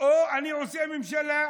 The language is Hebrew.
או אני עושה ממשלה.